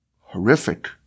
horrific